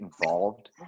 involved